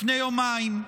לפני יומיים,